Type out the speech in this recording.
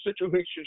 situations